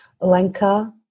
Lenka